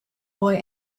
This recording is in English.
boy